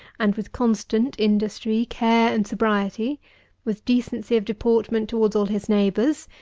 and with constant industry, care and sobriety with decency of deportment towards all his neighbours,